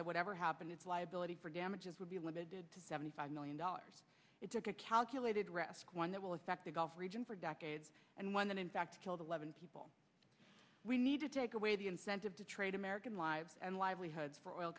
whatever happened it's liability for damages will be limited to seventy five million dollars it took a calculated risk one that will affect the gulf region for decades and one that in fact killed eleven people we need to take away the incentive to trade american lives and livelihoods for oil